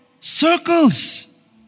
circles